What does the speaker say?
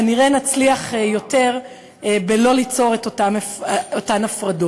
כנראה נצליח יותר בלא ליצור את אותן הפרדות.